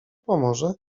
pomoże